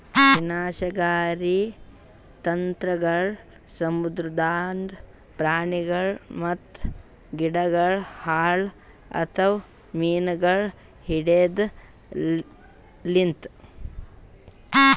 ವಿನಾಶಕಾರಿ ತಂತ್ರಗೊಳ್ ಸಮುದ್ರದಾಂದ್ ಪ್ರಾಣಿಗೊಳ್ ಮತ್ತ ಗಿಡಗೊಳ್ ಹಾಳ್ ಆತವ್ ಮೀನುಗೊಳ್ ಹಿಡೆದ್ ಲಿಂತ್